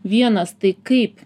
vienas tai kaip